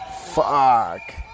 Fuck